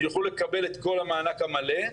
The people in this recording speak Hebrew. יוכלו לקבל את כל המענק המלא.